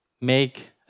make